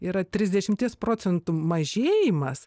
yra trisdešimties procentų mažėjimas